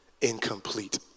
incomplete